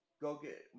go-get